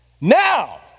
Now